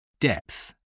depth